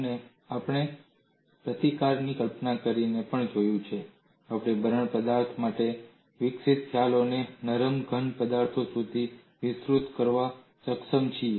અને આપણે પ્રતિકારની કલ્પના કરીને પણ જોયું છે આપણે બરડ પદાર્થો માટે વિકસિત ખ્યાલોને નરમ ઘન પદાર્થો સુધી વિસ્તૃત કરવામાં સક્ષમ છીએ